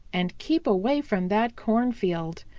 and keep away from that cornfield.